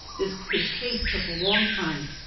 this case case took a long time.